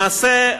למעשה,